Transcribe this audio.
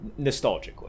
nostalgically